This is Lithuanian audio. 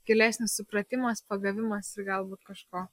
gilesnis supratimas pagavimas galbūt kažko